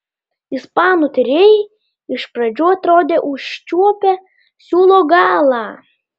ispanų tyrėjai iš pradžių atrodė užčiuopę siūlo galą